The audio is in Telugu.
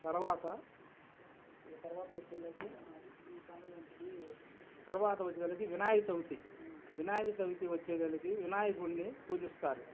తర్వాత తర్వాత వచ్చేదలకి వినాయక చవితి వినాయక చవితి వచ్చేదలకి వినాయకుడిని పూజిస్తారు